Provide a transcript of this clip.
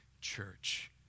church